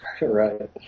right